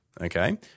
okay